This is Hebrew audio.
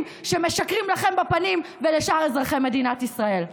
שמשקרים לכם ולשאר אזרחי מדינת ישראל בפנים.